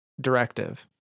directive